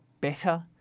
better